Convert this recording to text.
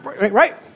right